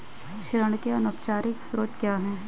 ऋण के अनौपचारिक स्रोत क्या हैं?